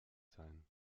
sein